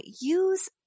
use